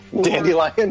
Dandelion